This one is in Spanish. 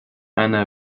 ana